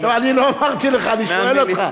אני לא אמרתי לך, אני שואל אותך.